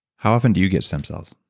how often do you get stem cells?